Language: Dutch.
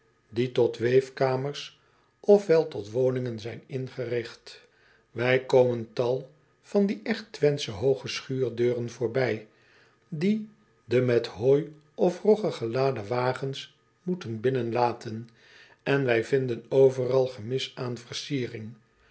die tot weefkamers of wel tot woningen zijn ingerigt ij komen tal van die echt wenthsche hooge schuurdeuren voorbij die de met hooi of rogge geladen wagens moeten binnenlaten en wij vinden overal gemis aan versiering